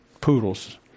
poodles